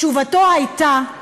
תשובתו הייתה: